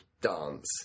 dance